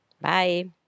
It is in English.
Bye